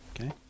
Okay